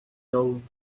young